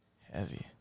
heavy